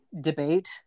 debate